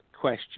Question